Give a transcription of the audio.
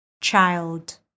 child